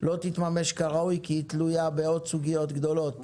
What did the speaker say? לא תתממש כראוי כי היא תלויה בעוד סוגיות גדולות.